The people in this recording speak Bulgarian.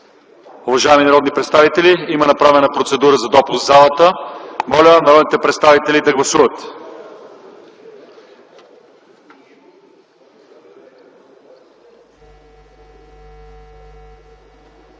Уважаеми народни представители, има направена процедура за допуск в залата. Моля народните представители да гласуват.